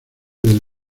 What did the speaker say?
del